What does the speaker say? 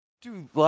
Dude